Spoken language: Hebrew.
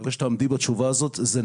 מקווה שתעמדי בתשובה הזאת היא: זה